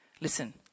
Listen